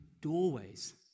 doorways